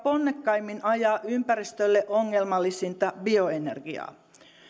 ponnekkaimmin ajaa ympäristölle ongelmallisinta bioenergiaa